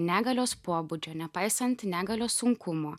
negalios pobūdžio nepaisant negalios sunkumo